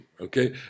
okay